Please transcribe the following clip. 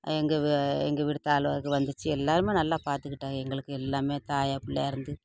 எங்கள் எங்கள் வீடு தாழ்வாக இது வந்துச்சு எல்லோருமே நல்லா பார்த்துக்கிட்டாங்க எல்லாம் தாயா பிள்ளையா இருந்து